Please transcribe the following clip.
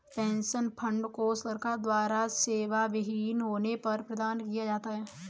pension fund को सरकार द्वारा सेवाविहीन होने पर प्रदान किया जाता है